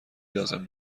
لازم